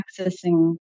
accessing